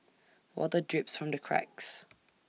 water drips from the cracks